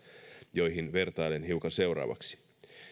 joihin vertailen hiukan seuraavaksi